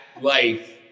life